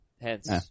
Hence